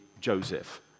Joseph